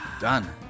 Done